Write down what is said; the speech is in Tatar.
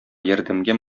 ярдәмгә